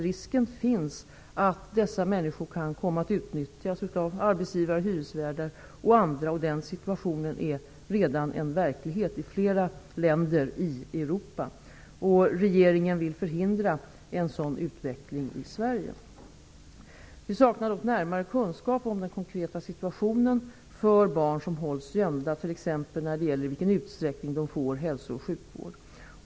Risken finns att dessa människor kan komma att utnyttjas av arbetsgivare, hyresvärdar och andra. Den situationen är redan verklighet i flera länder i Europa. Regeringen vill förhindra en sådan utveckling i Sverige. Vi saknar dock närmare kunskap om den konkreta situationen för barn som hålls gömda, t.ex. när det gäller i vilken utsträckning de får hälso och sjukvård.